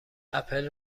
اپل